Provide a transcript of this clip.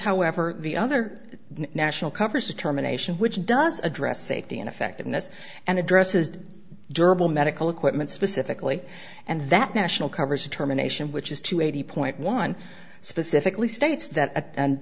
however the other national cover sitaram anation which does address safety and effectiveness and addresses durable medical equipment specifically and that national coverage determination which is to eighty point one specifically states that